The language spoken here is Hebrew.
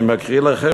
אני מקריא לכם,